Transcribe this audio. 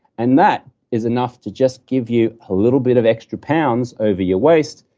and that is enough to just give you a little bit of extra pounds over your waist,